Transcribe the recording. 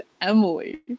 Emily